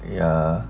ya